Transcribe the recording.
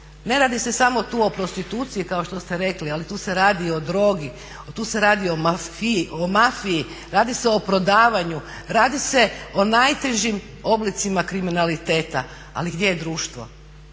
Ne radi se tu samo o prostituciji kao što ste rekli ali tu se radi i o drogi, tu se radi o mafiji, radi se o prodavanju, radi se o najtežim oblicima kriminaliteta. Ali gdje je društvo?